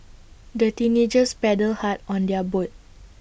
the teenagers paddled hard on their boat